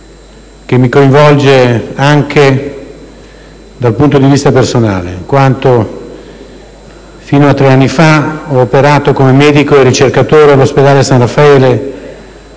che mi coinvolge anche dal punto di vista personale, in quanto fino a tre anni fa ho operato come medico e ricercatore dell'Ospedale San Raffaele,